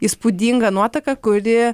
įspūdinga nuotaka kuri